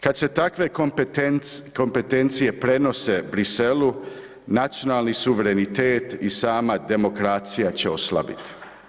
Kada se takve kompetencije prenose Bruxellesu nacionalni suverenitet i sama demokracija će oslabiti.